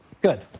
Good